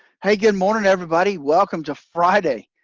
hey, good morning everybody. welcome to friday.